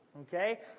Okay